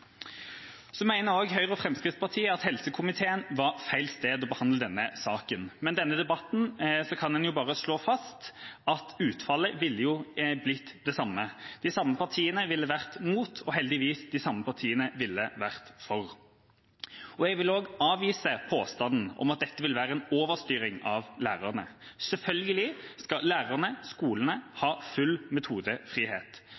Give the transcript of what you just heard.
Så mener Høyre og Fremskrittspartiet at helse- og omsorgskomiteen var feil komité til å behandle denne saken. Med denne debatten kan en bare slå fast at utfallet ville blitt det samme. De samme partiene ville vært mot, og heldigvis, de samme partiene ville vært for. Jeg vil også avvise påstanden om at dette vil være en overstyring av lærerne. Selvfølgelig skal lærerne og skolene